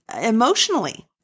emotionally